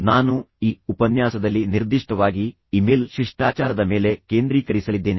ನಾನು ಈ ಉಪನ್ಯಾಸದಲ್ಲಿ ನಿರ್ದಿಷ್ಟವಾಗಿ ಇಮೇಲ್ ಶಿಷ್ಟಾಚಾರದ ಮೇಲೆ ಕೇಂದ್ರೀಕರಿಸಲಿದ್ದೇನೆ